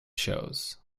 shows